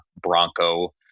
Bronco